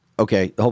Okay